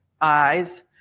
eyes